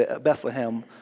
Bethlehem